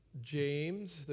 James